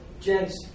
gents